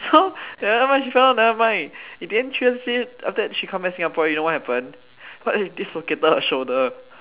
so never mind she fell down never mind in the end after that she come back Singapore you know what happened she dislocated her shoulder